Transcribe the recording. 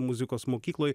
muzikos mokykloj